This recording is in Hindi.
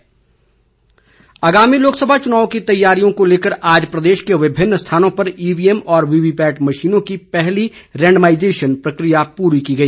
रेंडमाईजेशन आगामी लोकसभा चुनाव की तैयारियों को लेकर आज प्रदेश के विभिन्न स्थानों पर ईवीएम और वीवीपैट मशीनों की पहली रेंडमाईजेशन प्रक्रिया पूरी की गई